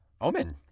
Omen